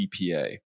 CPA